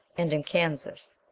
and in kansas.